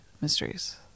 mysteries